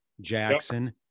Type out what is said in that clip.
Jackson